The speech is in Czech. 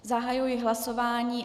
Zahajuji hlasování.